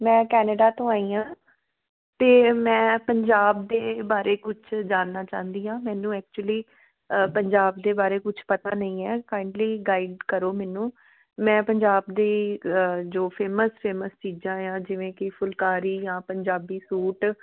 ਮੈਂ ਕੈਨੇਡਾ ਤੋਂ ਆਈ ਹਾਂ ਅਤੇ ਮੈਂ ਪੰਜਾਬ ਦੇ ਬਾਰੇ ਕੁਛ ਜਾਣਨਾ ਚਾਹੁੰਦੀ ਹਾਂ ਮੈਨੂੰ ਐਕਚੁਲੀ ਪੰਜਾਬ ਦੇ ਬਾਰੇ ਕੁਛ ਪਤਾ ਨਹੀਂ ਹੈ ਕਾਂਇਡਲੀ ਗਾਈਡ ਕਰੋ ਮੈਨੂੰ ਮੈਂ ਪੰਜਾਬ ਦੀ ਜੋ ਫੇਮਸ ਫੇਮਸ ਚੀਜ਼ਾਂ ਆ ਜਿਵੇਂ ਕਿ ਫੁਲਕਾਰੀ ਜਾਂ ਪੰਜਾਬੀ ਸੂਟ